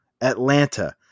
Atlanta